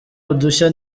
udushya